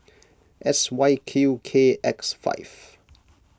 S Y Q K X five